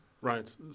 right